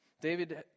david